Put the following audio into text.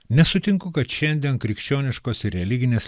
nesutinku kad šiandien krikščioniškos religinės